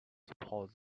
support